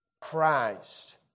Christ